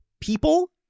people